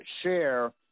share